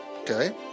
okay